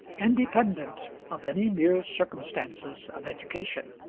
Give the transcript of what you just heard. independent of any mere circumstances of education.